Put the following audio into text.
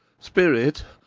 spirit!